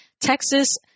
Texas